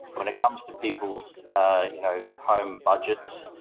when it comes to people's you know home budgets,